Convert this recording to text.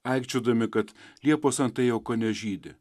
aikčiodami kad liepos antai jau kone žydi